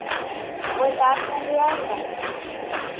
कोई साथ में भी आएगा